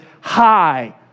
high